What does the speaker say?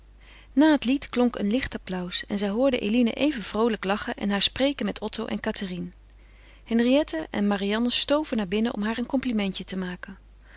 na het lied klonk een licht applaus en zij hoorden eline even vroolijk lachen en haar spreken met otto en cathérine henriette en marianne stoven naar binnen om haar een complimentje te maken